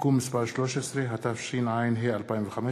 (תיקון מס' 13), התשע"ה 2015,